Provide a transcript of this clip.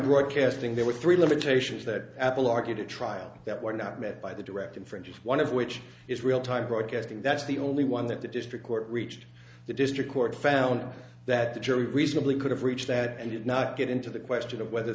broadcasting there were three limitations that apple are going to trial that were not met by the directive for just one of which is real time broadcasting that's the only one that the district court reached the district court found that the jury reasonably could have reached that and did not get into the question of whether